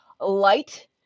Light